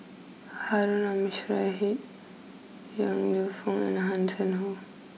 Harun Yong Lew Foong and Hanson Ho